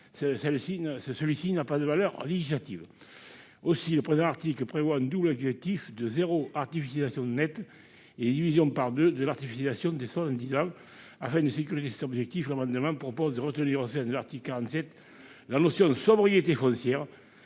celui-ci n'a pas de valeur législative. Le présent article prévoit un double objectif de « zéro artificialisation nette » et une division par deux de l'artificialisation des sols en dix ans. Afin de sécuriser ces objectifs, l'amendement vise à retenir au sein de l'article 47 la notion de sobriété foncière,